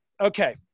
Okay